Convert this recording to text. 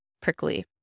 prickly